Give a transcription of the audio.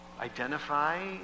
identify